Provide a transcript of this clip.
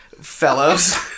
fellows